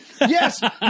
Yes